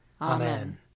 Amen